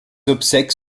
obsèques